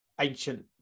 ancient